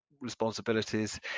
responsibilities